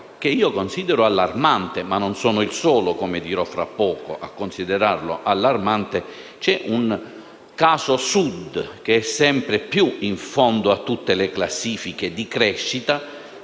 che considero allarmante e che non sono il solo - come dirò fra poco - a considerare tale, c'è un caso Sud che è sempre più in fondo a tutte le classifiche di crescita,